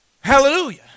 hallelujah